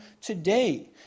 today